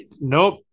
nope